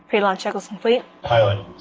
pre-launch checklist complete. pilot,